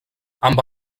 amb